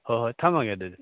ꯍꯣꯏ ꯍꯣꯏ ꯊꯝꯃꯒꯦ ꯑꯗꯨꯗꯤ